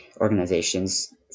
organizations